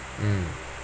mm